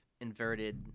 inverted